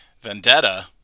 Vendetta